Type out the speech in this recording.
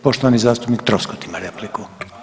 Poštovani zastupnik Troskot ima repliku.